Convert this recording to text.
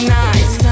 nice